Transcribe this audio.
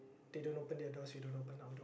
they don't open their doors we don't open ours